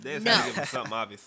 No